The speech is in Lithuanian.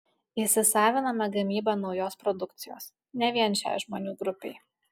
įsisaviname gamybą naujos produkcijos ne vien šiai žmonių grupei